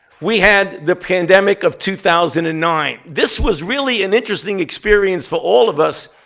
we had the pandemic of two thousand and nine. this was really an interesting experience for all of us.